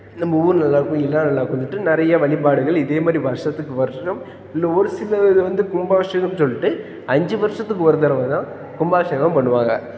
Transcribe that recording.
நம்ம ஊர் நல்லா இருக்கணும் எல்லோரும் நல்லா இருக்கணுன்ட்டு நிறைய வழிபாடுகள் இதே மாதிரி வருஷத்துக்கு வருஷம் இந்த ஒரு சில இது வந்து கும்பாபிஷேகம் சொல்லிட்டு அஞ்சு வருஷத்துக்கு ஒரு தடவ தான் கும்பாபிஷேகம் பண்ணுவாங்க